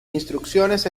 instrucciones